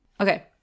Okay